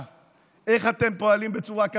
איך אתם פועלים בצורה מפלה?